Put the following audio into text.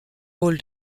rôle